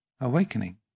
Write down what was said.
awakening